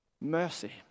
Mercy